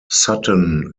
sutton